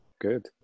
good